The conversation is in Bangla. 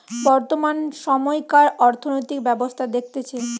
বর্তমান সময়কার অর্থনৈতিক ব্যবস্থা দেখতেছে